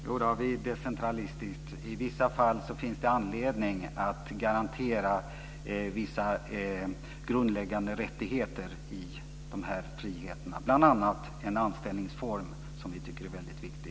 Fru talman! Jodå, vi är decentralistiska. I vissa fall finns det anledning att garantera vissa grundläggande rättigheter i de här friheterna, bl.a. när det gäller en anställningsform som vi tycker är väldigt viktig.